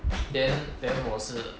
then then 我是